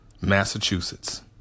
Massachusetts